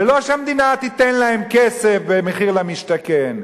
ושהמדינה לא תיתן להם כסף במחיר למשתכן.